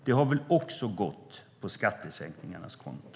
Det har väl också gått på skattesänkningarnas konto.